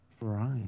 right